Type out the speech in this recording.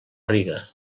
riga